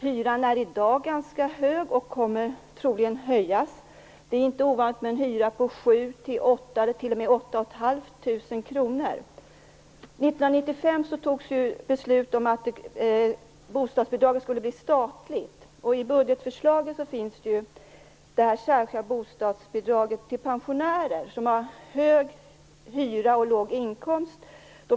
Hyran är i dag ganska hög, och den kommer troligen att höjas. Det är inte ovanligt med en hyra på 7 000-8 500 kr. 1995 fattades beslut om att bostadsbidraget skulle bli statligt, och i budgetförslaget finns ju det här särskilda bostadsbidraget till pensionärer som har hög hyra och låg inkomst.